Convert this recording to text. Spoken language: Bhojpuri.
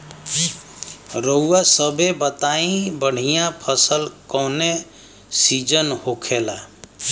रउआ सभे बताई बढ़ियां फसल कवने चीज़क होखेला?